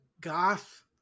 goth